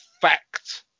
fact